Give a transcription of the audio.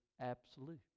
absolute